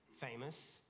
famous